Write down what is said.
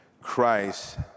Christ